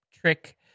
trick